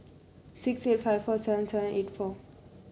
six eight five four seven seven eight four